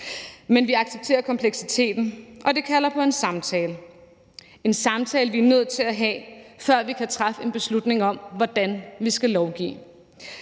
Men vi accepterer kompleksiteten, og det kalder på en samtale. Det er en samtale, vi er nødt til at have, før vi kan træffe en beslutning om, hvordan vi skal lovgive.